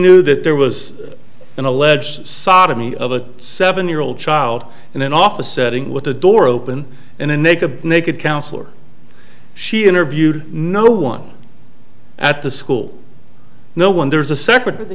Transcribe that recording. knew that there was an alleged sodomy of a seven year old child in an office setting with a door open in and make a naked counselor she interviewed no one at the school no one there's a separate but the